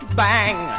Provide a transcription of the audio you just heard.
bang